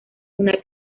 una